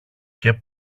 και